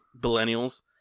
Millennials